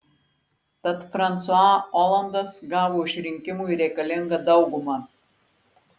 tad fransua olandas gavo išrinkimui reikalingą daugumą